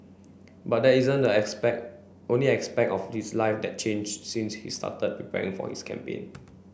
but that isn't the aspect only aspect of this life that changed since he started preparing for his campaign